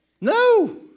No